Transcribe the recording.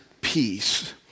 peace